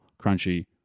Crunchy